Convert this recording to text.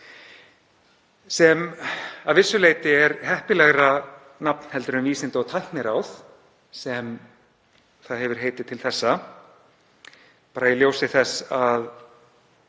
er að vissu leyti heppilegra nafn heldur en Vísinda- og tækniráð sem það hefur heitið til þessa, í ljósi þess að